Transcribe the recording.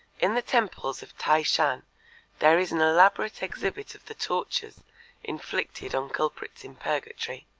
in the temples of t'ai shan there is an elaborate exhibit of the tortures inflicted on culprits in purgatory.